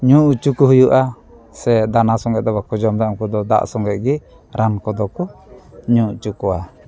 ᱧᱩ ᱚᱪᱚ ᱠᱚ ᱦᱩᱭᱩᱜᱼᱟ ᱥᱮ ᱫᱟᱱᱟ ᱥᱚᱸᱜᱮ ᱫᱚ ᱵᱟᱠᱚ ᱡᱚᱢ ᱮᱫᱟ ᱩᱱᱠᱩ ᱫᱚ ᱫᱟᱜ ᱥᱚᱸᱜᱮ ᱜᱮ ᱨᱟᱱ ᱠᱚᱫᱚ ᱠᱚ ᱧᱩ ᱚᱪᱚ ᱠᱚᱣᱟ